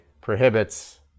prohibits